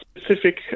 specific